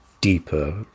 deeper